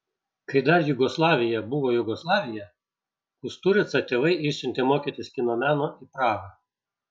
kai dar jugoslavija buvo jugoslavija kusturicą tėvai išsiuntė mokytis kino meno į prahą